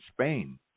Spain